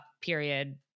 period